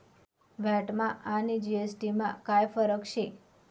व्हॅटमा आणि जी.एस.टी मा काय फरक शे?